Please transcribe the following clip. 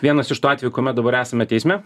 vienas iš tų atvejų kuomet dabar esame teisme